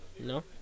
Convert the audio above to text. No